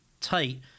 tight